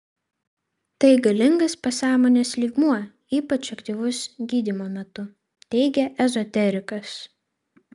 tai galingas pasąmonės lygmuo ypač aktyvus gydymo metu teigia ezoterikas